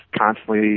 constantly